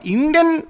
Indian